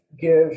give